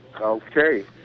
Okay